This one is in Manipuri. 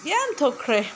ꯌꯥꯝ ꯊꯣꯛꯈ꯭ꯔꯦ